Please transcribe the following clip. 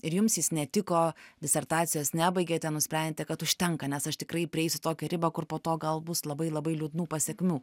ir jums jis netiko disertacijos nebaigėte nusprendėte kad užtenka nes aš tikrai prieisiu tokią ribą kur po to gal bus labai labai liūdnų pasekmių